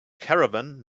caravan